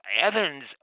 Evans